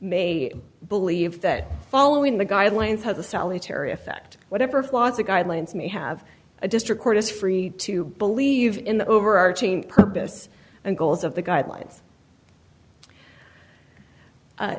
may believe that following the guidelines has a salutary effect whatever flaws the guidelines may have a district court is free to believe in the overarching purpose and goals of the guidelines